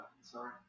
Sorry